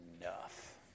enough